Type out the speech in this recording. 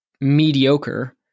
mediocre